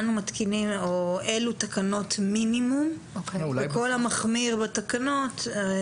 אלו תקנות מינימום, וכול המחמיר בתקנות...